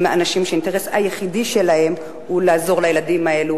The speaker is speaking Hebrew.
הם אנשים שהאינטרס היחידי שלהם הוא לעזור לילדים האלה.